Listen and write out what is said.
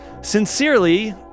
Sincerely